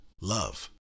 love